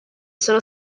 sono